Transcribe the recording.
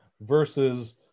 versus